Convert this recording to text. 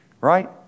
Right